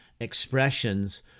expressions